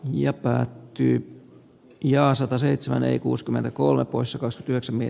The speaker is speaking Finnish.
ja päättyy ja sataseitsemän ei kuuskymmentäkolme poissa koska työksemme